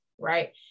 right